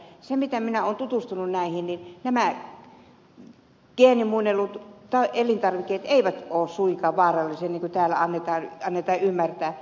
se mitä minä olen tutustunut näihin niin nämä geenimuunnellut elintarvikkeet eivät ole suinkaan vaarallisia niin kuin täällä annetaan ymmärtää